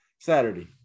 Saturday